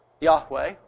Yahweh